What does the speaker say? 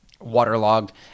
waterlogged